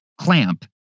Clamp